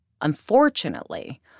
Unfortunately